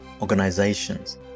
organizations